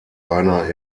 einer